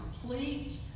complete